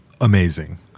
amazing